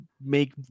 make